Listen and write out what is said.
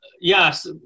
yes